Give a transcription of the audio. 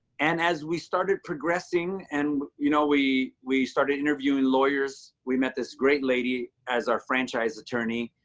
and as we started progressing and you know we we started interviewing lawyers, we met this great lady as our franchise attorney,